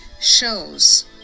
shows